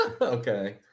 Okay